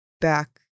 back